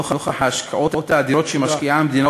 נוכח ההשקעות האדירות שמשקיעה המדינה,